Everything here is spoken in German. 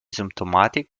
symptomatik